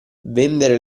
vendere